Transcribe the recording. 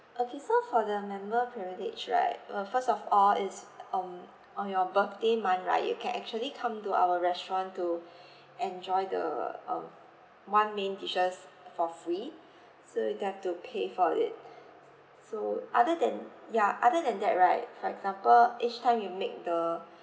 okay so for the member privilege right uh first of all is um on your birthday month right you can actually come to our restaurant to enjoy the um one main dishes for free so you don't have to pay for it so other than ya other than that right for example each time you make the